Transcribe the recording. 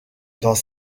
dans